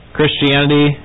Christianity